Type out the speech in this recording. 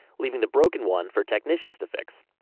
leaving the broken one for technicians to fix,